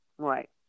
right